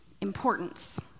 importance